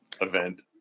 event